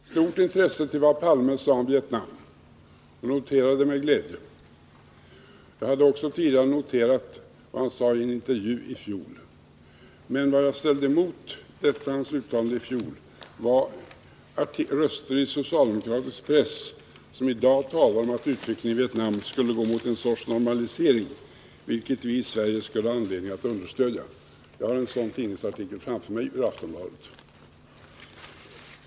Herr talman! Jag lyssnade med stort intresse till vad Olof Palme sade om Vietnam — och noterade det med glädje. Jag har också noterat vad han i fjol sade i en intervju. Vad jag ställde emot detta hans uttalande i fjol var röster i socialdemokratisk press, som i dag talar om att utvecklingen i Vietnam skulle gå mot en sorts normalisering, vilket vi i Sverige skulle ha anledning att understödja. Jag har en sådan tidningsartikel ur Aftonbladet framför mig.